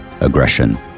aggression